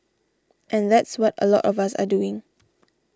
and that's what a lot us are doing